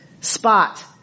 spot